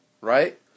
Right